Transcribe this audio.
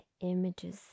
images